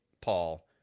Paul